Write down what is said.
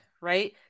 right